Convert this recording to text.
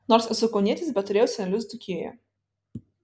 nors esu kaunietis bet turėjau senelius dzūkijoje